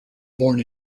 born